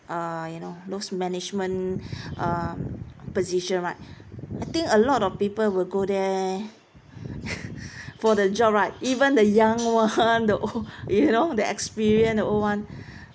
ah you know those management um position right I think a lot of people will go there for the job right even the young [one] the old you know the experience old [one]